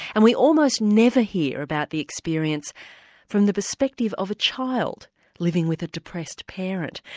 and we almost never hear about the experience from the perspective of a child living with a depressed parent.